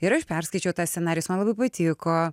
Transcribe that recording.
ir aš perskaičiau tą scenarijų jis man labai patiko